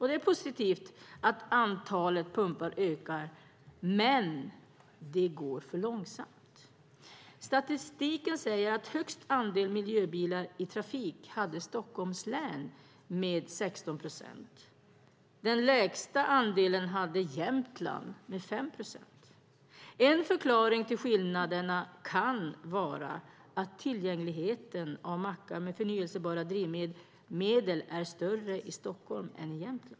Det är positivt att antalet ökar, men det går för långsamt. Statistiken säger att högst andel miljöbilar i trafik hade Stockholms län med 16 procent. Den lägsta andelen hade Jämtland med 5 procent. En förklaring till skillnaderna kan vara att tillgängligheten av mackar med förnybara drivmedel är större i Stockholm än i Jämtland.